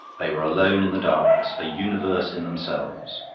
they were alone in the darkness, a universe in themselves.